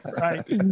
right